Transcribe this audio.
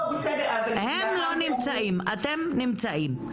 הם לא נוכחים פה, אתם נמצאים.